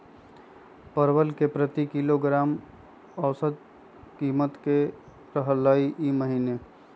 परवल के प्रति किलोग्राम औसत कीमत की रहलई र ई महीने?